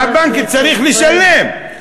שהבנק צריך לשלם.